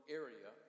area